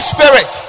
Spirit